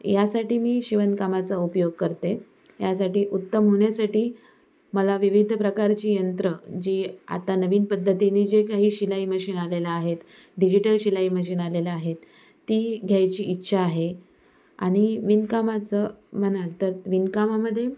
यासाठी मी शिवणकामाचा उपयोग करते यासाठी उत्तम होण्यासाठी मला विविध प्रकारची यंत्र जी आता नवीन पद्धतीने जे काही शिलाई मशीन आलेला आहेत डिजिटल शिलाई मशीन आलेला आहेत ती घ्यायची इच्छा आहे आणि विणकामाचं म्हणाल तर विणकामामध्ये